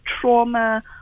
trauma